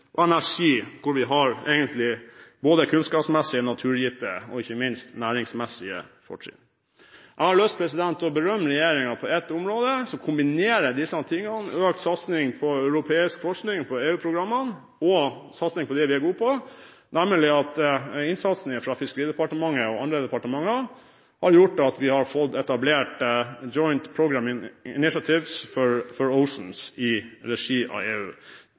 energi, der vi har kunnskapsmessige, naturgitte og ikke minst næringsmessige fortrinn. Jeg har lyst til å berømme regjeringen på et område som kombinerer disse tingene – økt satsing på europeisk forskning og EU-programmene og satsing på det vi er gode på. Innsatsen fra Fiskeri- og kystdepartementet og andre departementer har gjort at vi har fått etablert Joint Programming Initiatives Oceans i regi av EU.